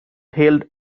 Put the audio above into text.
held